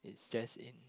it's just in